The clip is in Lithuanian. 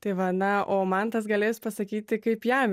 tai va na o mantas galės pasakyti kaip jam